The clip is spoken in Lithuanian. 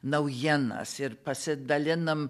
naujienas ir pasidalinam